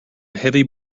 heavy